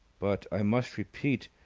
but i must repeat,